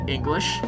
English